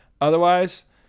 Otherwise